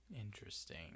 Interesting